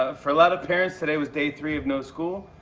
ah for a lot of parents, today was day three of no school.